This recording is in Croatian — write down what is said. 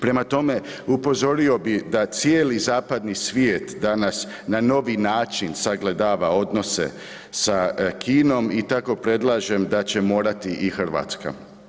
Prema tome, upozorio bi da cijeli zapadni svijet danas na novi način sagledava odnose sa Kinom i tako predlažem da će morati i Hrvatska.